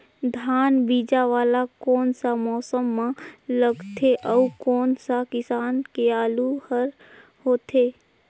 धान बीजा वाला कोन सा मौसम म लगथे अउ कोन सा किसम के आलू हर होथे?